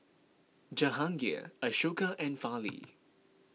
Jahangir Ashoka and Fali